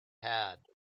had